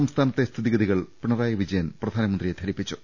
സംസ്ഥാനത്തെ സ്ഥിതി ഗതികൾ പിണറായി വിജയൻ പ്രധാനമന്ത്രിയെ ധരിപ്പിച്ചു